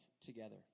together